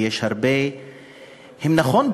נכון,